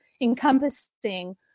encompassing